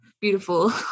beautiful